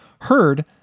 heard